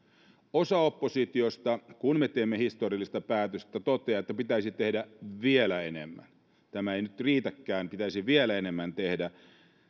osa oppositiosta kun me teemme historiallista päätöstä toteaa että pitäisi tehdä vielä enemmän tämä ei nyt riitäkään pitäisi vielä enemmän tehdä